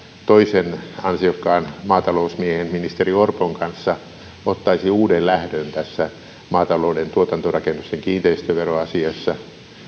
toisen ansiokkaan maatalousmiehen ministeri orpon kanssa ottaisi uuden lähdön tässä maatalouden tuotantorakennusten kiinteistöveroasiassa